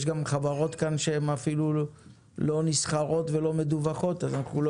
יש כאן חברות שהן אפילו לא נסחרות ולא מדווחות ואנחנו לא